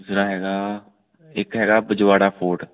ਦੂਸਰਾ ਹੈਗਾ ਇੱਕ ਹੈਗਾ ਫੁਜਵਾੜਾ ਫੋਟ